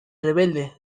rebelde